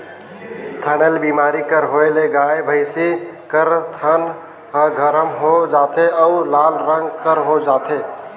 थनैल बेमारी कर होए ले गाय, भइसी कर थन ह गरम हो जाथे अउ लाल रंग कर हो जाथे